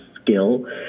skill